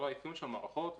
האבחון של המערכות,